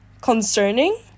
concerning